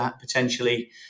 potentially